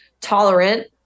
tolerant